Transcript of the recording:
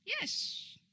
Yes